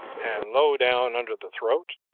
and low down under the throat,